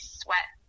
sweat